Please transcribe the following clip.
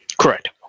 Correct